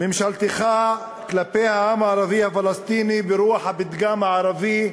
ממשלתך כלפי העם הערבי הפלסטיני ברוח הפתגם הערבי: